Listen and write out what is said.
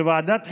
בוועדת חינוך,